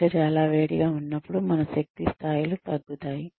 బయట చాలా వేడిగా ఉన్నప్పుడు మన శక్తి స్థాయిలు తగ్గుతాయి